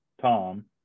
Tom